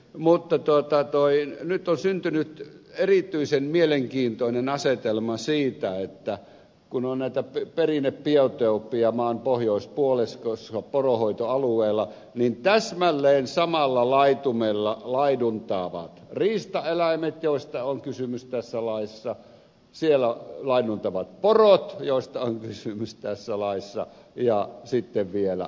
mutta nyt on syntynyt erityisen mielenkiintoinen asetelma siitä että kun on näitä perinnebiotooppeja maan pohjoispuoliskossa poronhoitoalueella niin täsmälleen samalla laitumella laiduntavat riistaeläimet joista on kysymys tässä laissa siellä laiduntavat porot joista on kysymys tässä laissa ja sitten vielä lampaat